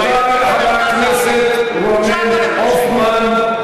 תודה לחבר הכנסת רונן הופמן.